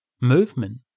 movement